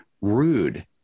rude